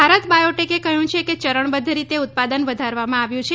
ભારત બાયોટેકે કહ્યું છે કે ચરણબધ્ધ રીતે ઉત્પાદન વધારવામાં આવ્યું છે